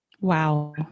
Wow